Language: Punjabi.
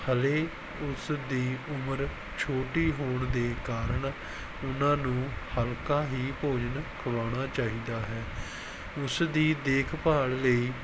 ਹਜੇ ਉਸ ਦੀ ਉਮਰ ਛੋਟੀ ਹੋਣ ਦੇ ਕਾਰਨ ਉਹਨਾਂ ਨੂੰ ਹਲਕਾ ਹੀ ਭੋਜਨ ਖਵਾਉਣਾ ਚਾਹੀਦਾ ਹੈ ਉਸ ਦੀ ਦੇਖਭਾਲ ਲਈ